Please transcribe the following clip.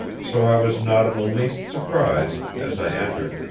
so i was not in the least surprised, as i entered,